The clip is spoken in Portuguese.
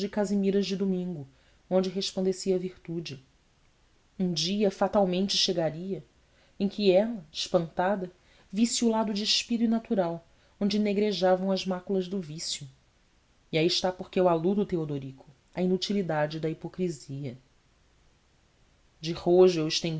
casimiras de domingo onde resplandecia a virtude um dia fatalmente chegaria em que ela espantada visse o lado despido e natural onde negrejavam as máculas do vicio e aí está por que eu aludo teodorico à inutilidade da hipocrisia de rojo